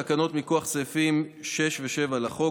תקנות מכוח סעיפים 6 ו-7 לחוק,